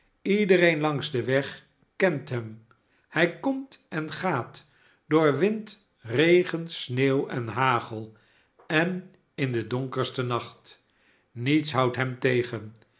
iedereen langs den weg kent hem hij komt en gaat door wind regen sneeuw en hagel en in den donkersten nacht niets houdt hem tegen